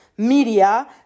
media